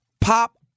pop